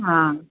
आं